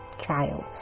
child